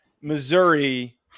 Missouri